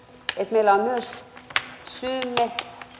meillä on myös syymme